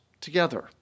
together